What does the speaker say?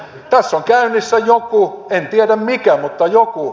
tässä on käynnissä joku en tiedä mikä mutta joku